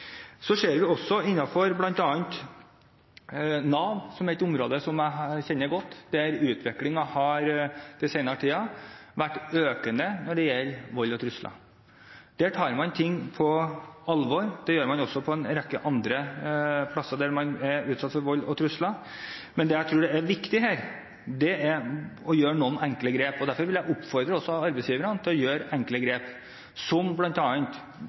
Så ser vi også, innenfor bl.a. Nav, som er et område jeg kjenner godt, at utviklingen når det gjelder vold og trusler, har vært økende den senere tiden. Der tar man dette på alvor, og det gjør man også på en rekke andre steder der man er utsatt for vold og trusler. Men her tror jeg det er viktig å gjøre noen enkle grep, og derfor vil jeg oppfordre også arbeidsgiverne til å gjøre noen enkle grep, som